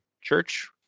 Church